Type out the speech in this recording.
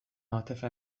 عاطفه